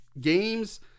games